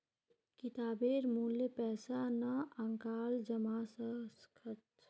किताबेर मूल्य पैसा नइ आंकाल जबा स ख छ